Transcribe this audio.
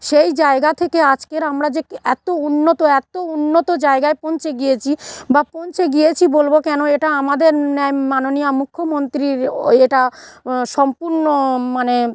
সেই জায়গা থেকে আজকের আমরা যে ক্ এত উন্নত এত উন্নত জায়গায় পৌঁছে গিয়েছি বা পৌঁছে গিয়েছি বলব কেন এটা আমাদের ন্যায় মাননীয়া মুখ্যমন্ত্রীর ও এটা সম্পূর্ণ মানে